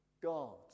God